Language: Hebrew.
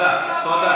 תודה.